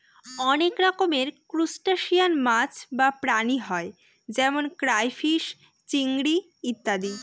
অনেক রকমের ত্রুসটাসিয়ান মাছ বা প্রাণী হয় যেমন ক্রাইফিষ, চিংড়ি ইত্যাদি